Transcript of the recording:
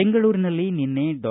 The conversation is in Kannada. ಬೆಂಗಳೂರಿನಲ್ಲಿ ನಿನ್ನೆ ಡಾ